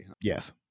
Yes